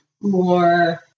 more